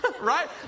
right